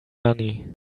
money